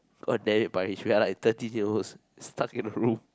god damn it Parish we're like thirteen year olds stuck in a room